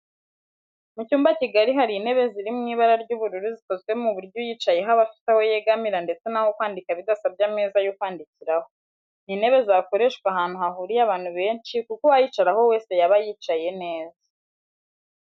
Mu cyumba kigari hari intebe ziri mu ibara ry'ubururu zikozwe ku buryo uyicayeho aba afite aho yegamira ndetse n'aho kwandikira bidasabye ameza yandi yo kwandikiraho. Ni intebe zakoreshwa ahantu hahuriye abantu benshi kuko uwayicaraho wese yaba yicaye neza